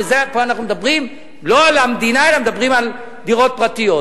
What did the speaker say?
ופה אנחנו מדברים לא על המדינה אלא מדברים על דירות פרטיות,